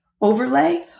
overlay